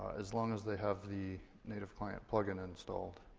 as long as they have the native client plugin installed.